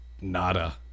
Nada